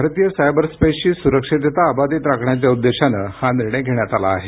भारतीय सायबरस्पेसची सुरक्षितता अबाधित राखण्याच्या उद्देशाने हा निर्णय घेण्यात आला आहे